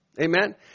Amen